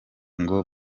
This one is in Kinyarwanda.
ngo